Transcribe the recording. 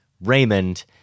Raymond